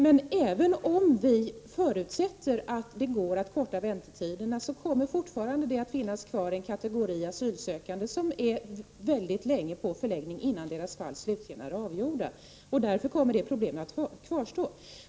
Men även om vi förutsätter att det går att korta väntetiderna, kommer det fortfarande att finnas kvar en kategori asylsökande som är mycket länge på förläggning innan deras fall slutligen är avgjorda, och därför kommer problemen att kvarstå.